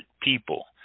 people